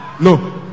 no